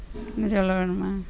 இன்னும் சொல்ல வேணுமா